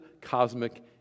cosmic